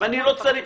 אפשרות חסימה.